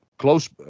close